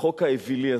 החוק האווילי הזה,